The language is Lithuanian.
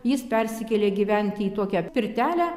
jis persikėlė gyventi į tokią pirtelę